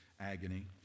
agony